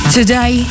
today